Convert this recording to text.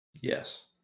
Yes